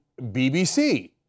BBC